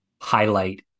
highlight